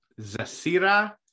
Zasira